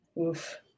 Oof